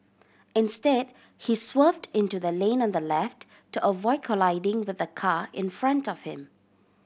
instead he swerved into the lane on the left to avoid colliding with the car in front of him